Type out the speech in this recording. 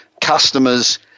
customers